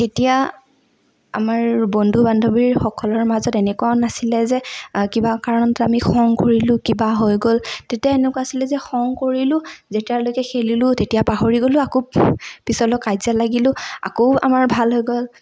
তেতিয়া আমাৰ বন্ধু বান্ধৱীসকলৰ মাজত এনেকুৱাও নাছিলে যে কিবা কাৰণত আমি খং কৰিলোঁ কিবা হৈ গ'ল তেতিয়া এনেকুৱা আছিলে যে খং কৰিলোঁ যেতিয়ালৈকে খেলিলোঁ তেতিয়া পাহৰি গ'লোঁ আকৌ পিছলৈ কাজিয়া লাগিলোঁ আকৌ আমাৰ ভাল হৈ গ'ল